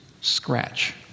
scratch